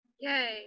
yay